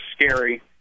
scary